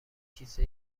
کیسه